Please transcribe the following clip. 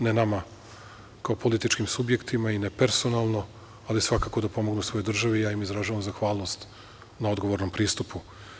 Ne nama kao političkim subjektima i ne personalno, ali svakako da pomognu svojoj državi i ja im izražavam zahvalnost na odgovornom pristupu.